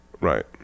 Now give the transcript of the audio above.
Right